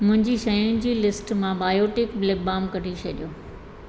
मुंहिंजी शयुनि जी लिस्ट मां बायोटिक लिप बाम कढी छॾियो